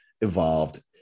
evolved